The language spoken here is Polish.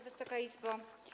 Wysoka Izbo!